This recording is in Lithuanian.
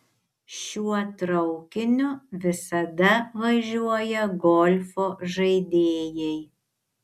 šiuo traukiniu visada važiuoja golfo žaidėjai